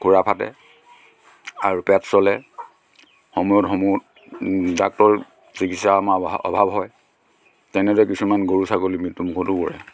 ঘোঁৰা খাটে আৰু পেট চলে সময়ত সমূহ ডাক্টৰ চিকিৎসাৰ আমাৰ অভাৱ হয় তেনেদৰে কিছুমান গৰু ছাগলী মৃত্যু মুখতো পৰে